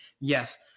yes